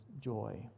joy